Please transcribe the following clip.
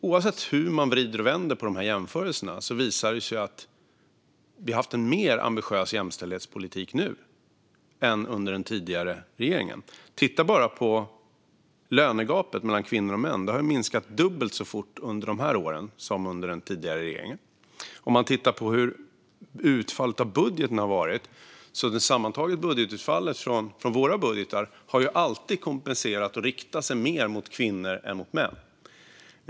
Oavsett hur man vrider och vänder på jämförelserna visar det sig att vi har haft en mer ambitiös jämställdhetspolitik än den tidigare regeringen. Titta bara på lönegapet mellan kvinnor och män! Det har minskat dubbelt så fort under våra år som vad det gjorde under den tidigare regeringen. Om man tittar på hur utfallet av budgeten har varit ser man att det sammantagna utfallet från våra budgetar alltid har kompenserat och riktats mer mot kvinnor än mot män.